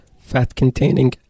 Fat-containing